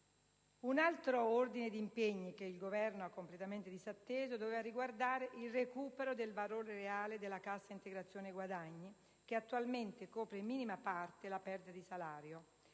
Un altro ordine di impegni che il Governo ha completamente disatteso doveva riguardare il recupero del valore reale della cassa integrazione guadagni, che attualmente copre in minima parte la perdita di salario.